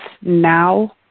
now